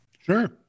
Sure